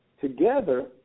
together